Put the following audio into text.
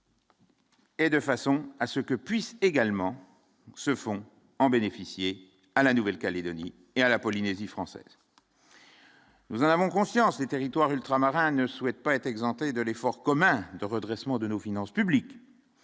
Et, de façon à ce que puisse également se font en bénéficier à la Nouvelle-Calédonie et à la Polynésie française. Nous avons conscience des territoires ultramarins ne souhaite pas être exempté de l'effort commun de redressement de nos finances publiques,